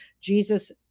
Jesus